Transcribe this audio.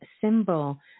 symbol